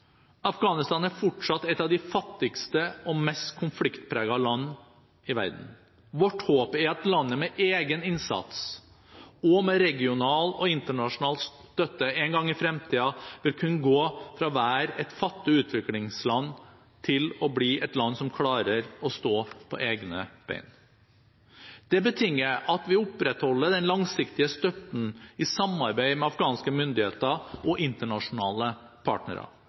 Afghanistan er fortsatt et av de fattigste og mest konfliktpregede land i verden. Vårt håp er at landet – med egen innsats og med regional og internasjonal støtte – en gang i fremtiden vil kunne gå fra å være et fattig utviklingsland til å bli et land som klarer å stå på egne ben. Det betinger at vi opprettholder den langsiktige støtten i samarbeid med afghanske myndigheter og internasjonale partnere.